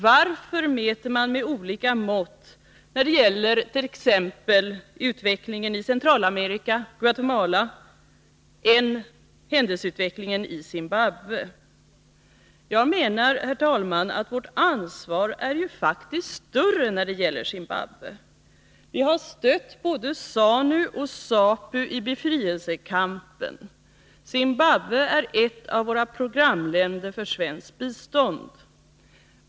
Varför mäter man med olika mått när det gäller t.ex. utvecklingen i Centralamerika, Guatemala och händelseutvecklingen i Zimbabwe? Vårt ansvar, herr talman, är faktiskt större när det gäller Zimbabwe. Vi har stött både Zanu och Zapu i befrielsekampen. Zimbabwe är ett av programländerna för svenskt bistånd.